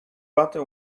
butter